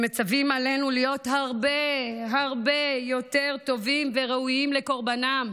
הם מצווים עלינו להיות הרבה הרבה יותר טובים וראויים לקורבנם,